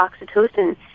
oxytocin